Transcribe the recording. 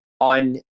On